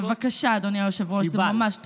בבקשה, אדוני היושב-ראש, זה ממש, קיבלת.